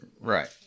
Right